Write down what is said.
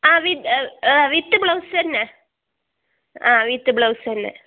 ആ V with blouse തന്നെ ആ വിത്ത് ബ്ലൗസ് തന്നെ